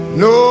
no